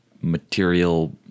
material